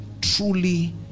truly